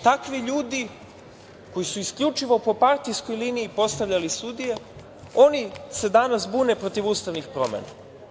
Takvi ljudi koji su isključivo po partijskoj liniji postavljali sudije, oni se danas bune protiv ustavnih promena.